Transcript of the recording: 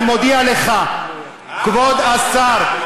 אני מודיע לך, כבוד השר,